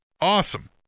Awesome